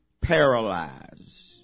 paralyzed